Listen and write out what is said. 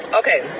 okay